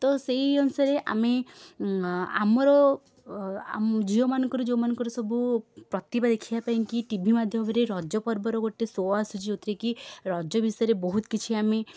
ତ ସେଇ ଅନୁସାରେ ଆମେ ଆମର ଆମ ଝିଅମାନଙ୍କର ଯେଉଁମାନଙ୍କର ସବୁ ପ୍ରତିଭା ଦେଖିବା ପାଇଁକି ଟି ଭି ମାଧ୍ୟମରେ ରଜ ପର୍ବର ଗୋଟେ ସୋ ଆସୁଛି ଯେଉଁଥିରେକି ରଜ ବିଷୟରେ ବହୁତ କିଛି ଆମେ